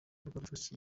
rwafashe